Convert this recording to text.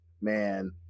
man